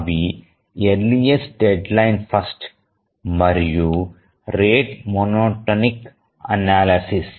అవి earliest deadline first మరియు rate monotonic analysis